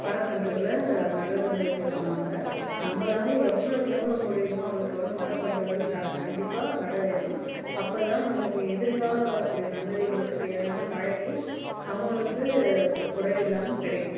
மரக்கன்றுகளை நடறதுக்கு முயற்சி பண்ணுவாங்க நம்பளால் எவ்வளோக்கு எவ்வளோ முடியுமோ அவ்வளோக்கு அவ்வளோ மரக்கன்றுகள் ந கண்டிப்பாக நட வேணும் அப்போ தான் நம்மளுக்கு எதிர்கால வரக்கூடிய சந்ததிகளுக்கு தேவையான மழை நீர் அவங்களுக்கு குறைவில்லாமல் கிடைக்கும்